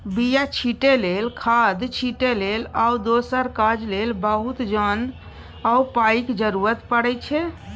बीया छीटै लेल, खाद छिटै लेल आ दोसर काज लेल बहुत जोन आ पाइक जरुरत परै छै